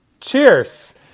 cheers